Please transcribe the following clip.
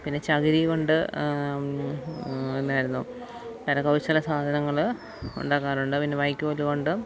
പിന്നെ ചകിരി കൊണ്ട് എന്തായിരുന്നു കരകൗശല സാധനങ്ങൾ ഉണ്ടാക്കാറുണ്ട് പിന്നെ വൈക്കോൽ കൊണ്ടും